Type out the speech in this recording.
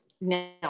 now